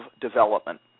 development